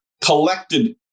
collected